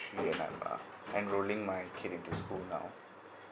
and I'm uh enrolling my kid into school now